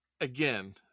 again